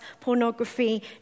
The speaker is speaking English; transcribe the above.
pornography